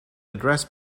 address